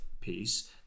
piece